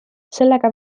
sellega